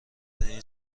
این